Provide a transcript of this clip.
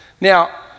Now